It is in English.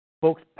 Folks